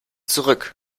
zurück